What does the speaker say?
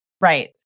Right